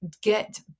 get